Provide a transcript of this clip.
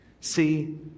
See